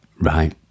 Right